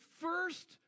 first